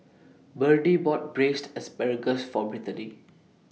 Birdie bought Braised Asparagus For Brittaney